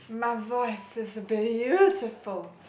my voice is beautiful